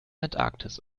antarktis